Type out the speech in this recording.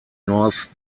north